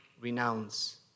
renounce